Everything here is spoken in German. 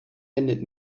wendet